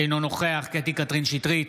אינו נוכח קטי קטרין שטרית,